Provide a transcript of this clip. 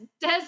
Des